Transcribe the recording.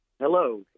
Hello